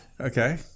Okay